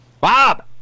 Bob